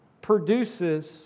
produces